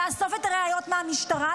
לאסוף את הראיות מהמשטרה,